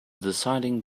deciding